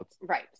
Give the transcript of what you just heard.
right